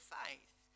faith